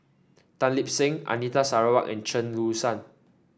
Tan Lip Seng Anita Sarawak and Chen Su Lan